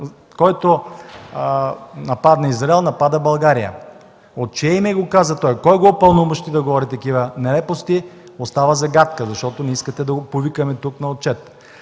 „Който нападне Израел, напада България”. От чие име го каза той? Кой го е упълномощил да говори такива нелепости остава загадка, защото не искате да го повикаме тук на отчет.